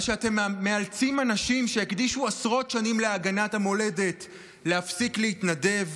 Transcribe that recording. על שאתם מאלצים אנשים שהקדישו עשרות שנים להגנת המולדת להפסיק להתנדב?